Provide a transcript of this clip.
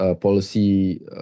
policy